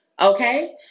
okay